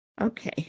Okay